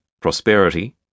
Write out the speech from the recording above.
prosperity